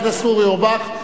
חבר הכנסת אורי אורבך,